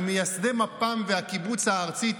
ממייסדי מפ"ם והקיבוץ הארצי,